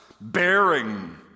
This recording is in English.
bearing